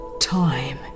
time